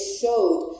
showed